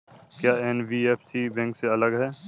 क्या NBFC bank से अलग है?